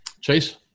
chase